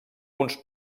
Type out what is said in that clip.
uns